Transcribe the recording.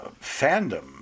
fandom